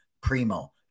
primo